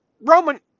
Roman